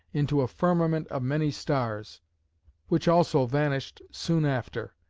into a firmament of many stars which also vanished soon after,